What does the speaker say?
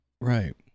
Right